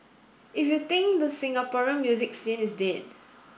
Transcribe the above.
if you think the Singaporean music scene is dead